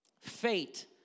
fate